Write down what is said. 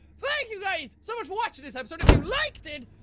thank you guy so much watching this episode. if you liked it,